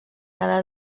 cada